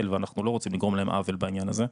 ואנחנו לא רוצים לגרום להם עוול בעניין הזה,